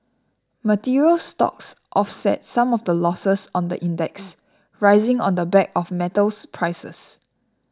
materials stocks offset some of the losses on the index rising on the back of metals prices